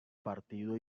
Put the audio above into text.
partido